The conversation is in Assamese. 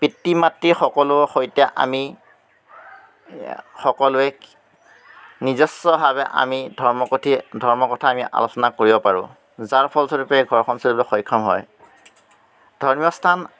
পিতৃ মাতৃ সকলোৰে সৈতে আমি সকলোৱে নিজস্বভাৱে আমি ধৰ্মকঠি ধৰ্মকথা আমি আলোচনা কৰিব পাৰোঁ যাৰ ফলস্বৰূপে ঘৰখন স্বৰূপে সক্ষম হয় ধৰ্মীয় স্থান